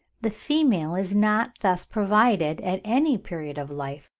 the female is not thus provided at any period of life.